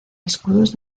escudos